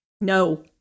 No